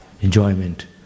enjoyment